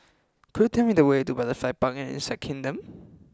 could you tell me the way to Butterfly Park and Insect Kingdom